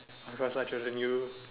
than you